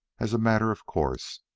as a matter of course,